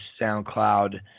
SoundCloud